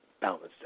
balanced